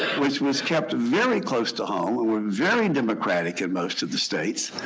which was kept very close to home. it was very democratic in most of the states.